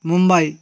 Mumbai